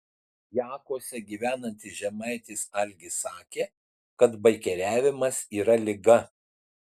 jakuose gyvenantis žemaitis algis sakė kad baikeriavimas yra liga